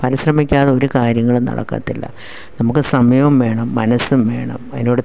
പരിശ്രമിക്കാതെ ഒരു കാര്യങ്ങളും നടക്കത്തില്ല നമുക്ക് സമയവും വേണം മനസ്സും വേണം അതിനോട്